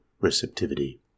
receptivity